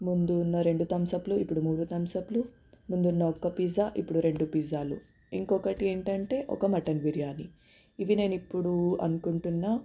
ముందున్న రెండు థంప్స్అప్లు ఇప్పుడు మూడు థంప్స్అప్లు ముందున్న ఒక్క పిజ్జా ఇప్పుడు రెండు పిజ్జాలు ఇంకొకటి ఏంటంటే ఒక మటన్ బిర్యానీ ఇవి నేనిప్పుడు అనుకుంటున్న